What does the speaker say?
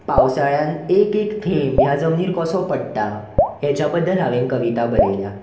पावसाळ्यान एक एक थेंब ह्या जमनीर कसो पडटा हेच्या बद्दल हांवें कविता बरयल्या